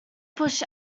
push